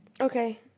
okay